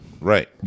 Right